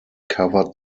covered